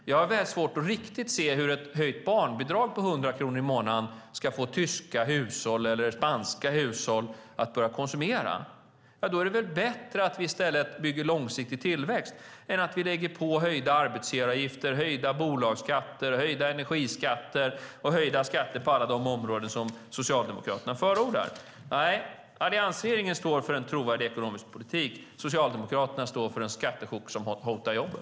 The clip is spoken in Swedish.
Jag har svårt att riktigt se hur ett höjt barnbidrag med 100 kronor i månaden ska få tyska hushåll eller spanska hushåll att börja konsumera. Då är det väl bättre att vi i stället bygger långsiktig tillväxt än att vi lägger på höjda arbetsgivaravgifter, höjda bolagsskatter, höjda energiskatter och höjda skatter på alla de områden som Socialdemokraterna förordar. Alliansregeringen står för en trovärdig ekonomisk politik. Socialdemokraterna står för en skattechock som hotar jobben.